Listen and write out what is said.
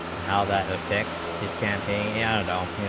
and how that affects his campaign you know yeah